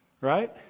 Right